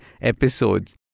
episodes